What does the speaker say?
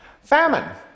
Famine